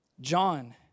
John